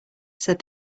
said